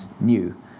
new